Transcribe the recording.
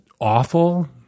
awful